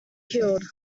killed